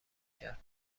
کرد